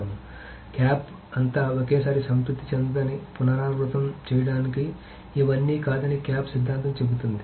కాబట్టి CAP అంతా ఒకేసారి సంతృప్తి చెందదని పునరావృతం చేయడానికి ఇవన్నీ కాదని క్యాప్ సిద్ధాంతం చెబుతోంది